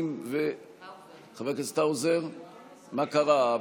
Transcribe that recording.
חבר הכנסת האוזר, מה קרה?